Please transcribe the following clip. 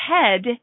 head